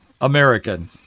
American